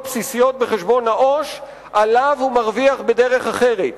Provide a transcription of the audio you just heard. בסיסיות בחשבון העו"ש שעליהן הוא מרוויח בדרך אחרת.